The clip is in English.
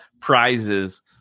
prizes